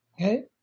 Okay